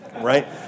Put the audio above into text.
right